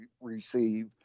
receive